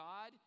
God